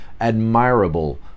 admirable